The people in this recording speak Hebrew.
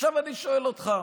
עכשיו אני שואל אותך,